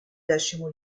decimo